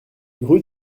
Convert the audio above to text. rue